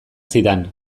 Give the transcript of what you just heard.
zidan